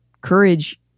courage